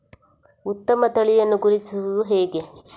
ಉತ್ತಮ ತಳಿಯನ್ನು ಗುರುತಿಸುವುದು ಹೇಗೆ?